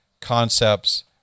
Concepts